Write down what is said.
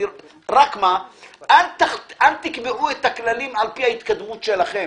רק אל תקבעו את הכללים על פי ההתקדמות שלכם.